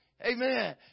Amen